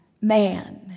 man